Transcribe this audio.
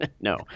No